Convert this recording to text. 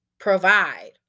provide